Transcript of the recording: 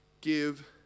give